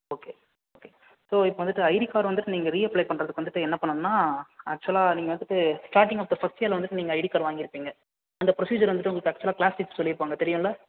okay okay so இப்போ வந்துவிட்டு ID card வந்துவிட்டு நீங்கள் ரீ அப்ளை பண்ணுறதுக்கு வந்துவிட்டு என்ன பண்ணணும்னா அக்சுவல்லாக நீங்கள் வந்துவிட்டு ஸ்டார்டிங் ஃபர்ஸ்டு இயரில் வந்துவிட்டு நீங்கள் ஐடி கார்ட் வாங்கி இருப்பிங்க அந்த ப்ரோஸிஜர் வந்துவிட்டு உங்களுக்கு அக்சுவுல்லாக கிளாஸ் டீச்சர் சொல்லி இருப்பாங்க தெரியும் இல்லை